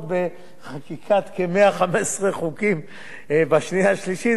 בחקיקת כ-115 חוקים בשנייה ובשלישית,